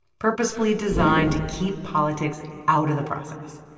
purposefully designed to keep politics out of the process.